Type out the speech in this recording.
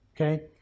Okay